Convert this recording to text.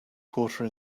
quarter